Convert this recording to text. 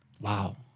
Wow